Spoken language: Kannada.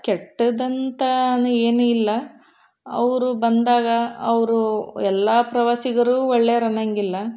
ಕೆಟ್ಟದಂತ ಅನು ಏನೂ ಇಲ್ಲ ಅವರು ಬಂದಾಗ ಅವರು ಎಲ್ಲ ಪ್ರವಾಸಿಗರು ಒಳ್ಳೆಯವ್ರು ಅನ್ನೊಂಗಿಲ್ಲ